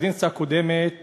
בקדנציה הקודמת